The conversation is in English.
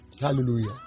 Hallelujah